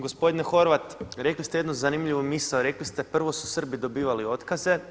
Gospodine Horvat, rekli ste jednu zanimljivu misao, rekli ste prvo su Srbi dobivali otkaze.